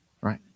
right